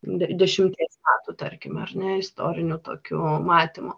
dešimties metų tarkim ar ne istoriniu tokiu matymu